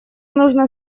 нужно